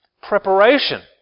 preparation